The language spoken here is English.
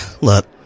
Look